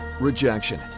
rejection